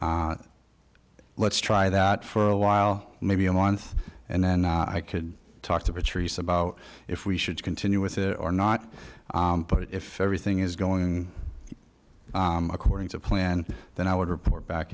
let's try that for a while maybe a month and then i could talk to patrice about if we should continue with it or not but if everything is going according to plan then i would report back